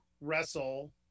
wrestle